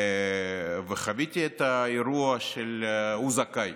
וחוויתי את האירוע של "הוא זכאי"